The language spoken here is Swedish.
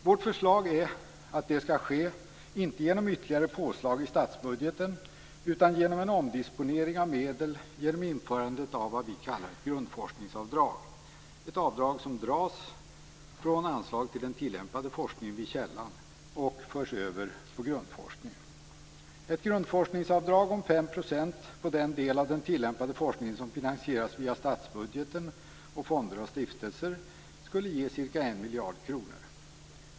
Vårt förslag är att det skall ske inte genom ytterligare påslag i statsbudgeten utan genom en omdisponering av medel genom införandet av vad vi kallar ett grundforskningsavdrag. Det skall vara ett avdrag som dras från anslaget till den tillämpade forskningen vid källan och förs över till grundforskningen. Ett grundforskningsavdrag på 5 % på den del av den tillämpade forskningen som finansieras via statsbudgeten och fonder och stiftelser skulle ge ca 1 miljard kronor.